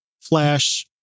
flash